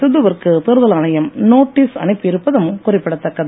சித்து விற்கு தேர்தல் ஆணையம் நோட்டீஸ் அனுப்பி இருப்பதும் குறிப்பிடத்தக்கது